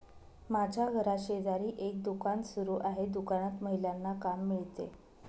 माझ्या घराशेजारी एक दुकान सुरू आहे दुकानात महिलांना काम मिळते